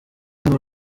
muri